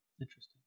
interesting